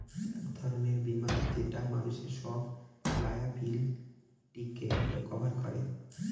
এক ধরনের বীমা যেটা মানুষের সব লায়াবিলিটিকে কভার করে